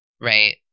Right